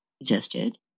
existed